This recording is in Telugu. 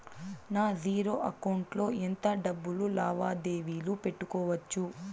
నా జీరో అకౌంట్ లో ఎంత డబ్బులు లావాదేవీలు పెట్టుకోవచ్చు?